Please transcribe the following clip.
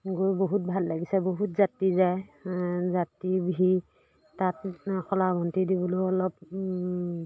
গৈ বহুত ভাল লাগিছে বহুত যাত্ৰী যায় যাত্ৰী ভিৰ তাত শলা বন্তি দিবলৈ অলপ